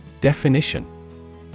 Definition